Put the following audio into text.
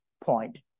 point